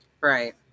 Right